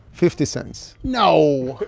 fifty cents no.